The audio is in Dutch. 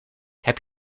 heb